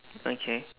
okay